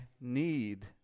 need